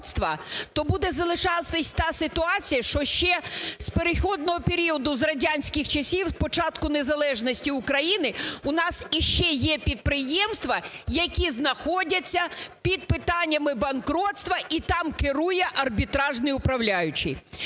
то буде залишатися та ситуація, що ще з перехідного періоду, з радянських часів, з початку незалежності України у нас ще є підприємства, які знаходяться під питаннями банкрутства, і там керує арбітражний управляючий.